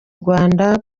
rwanda